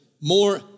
more